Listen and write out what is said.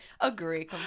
agree